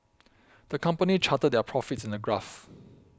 the company charted their profits in a graph